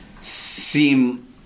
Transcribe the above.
seem